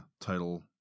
title